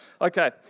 Okay